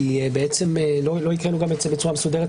כי בעצם לא הקראנו את זה בצורה מסודרת,